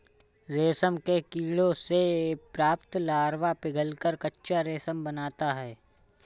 रेशम के कीड़ों से प्राप्त लार्वा पिघलकर कच्चा रेशम बनाता है